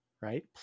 right